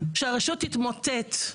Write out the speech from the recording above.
שהרשות תתמוטט.